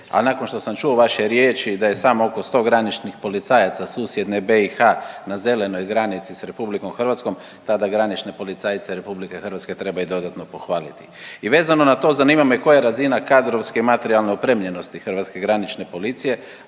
a nakon što sam čuo vaše riječi da je samo oko 100 graničnih policajaca susjedne BiH na zelenoj granici s RH tada granične policajce RH treba i dodatno pohvaliti. I vezano na to zanima me koja je razina kadrovske i materijalne opremljenosti hrvatske granične policije?